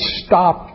stop